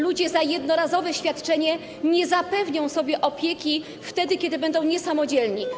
Ludzie za jednorazowe świadczenie nie zapewnią sobie opieki wtedy, kiedy będą niesamodzielni.